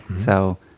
so